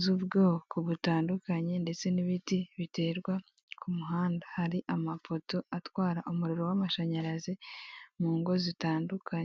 z'ubwoko butandukanye ndetse n'ibiti biterwa ku muhanda. Hari amapoto atwara umuriro w'amashanyarazi mu ngo zitandukanye.